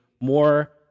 more